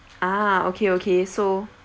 ah okay okay so